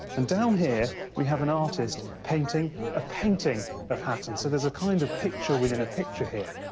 and down here, we have an artist painting a painting of hatton, so there's a kind of picture within a picture here.